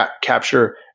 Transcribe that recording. capture